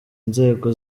inzego